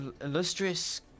illustrious